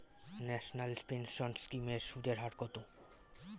National pension scheme এর সুদের হার কত?